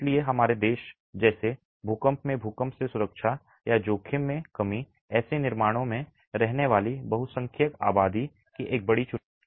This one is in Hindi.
इसलिए हमारे देश जैसे भूकंप में भूकंप से सुरक्षा या जोखिम में कमी ऐसे निर्माणों में रहने वाली बहुसंख्यक आबादी की एक बड़ी चुनौती है